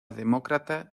demócrata